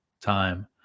time